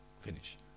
finish